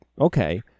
Okay